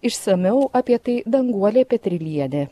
išsamiau apie tai danguolė petrylienė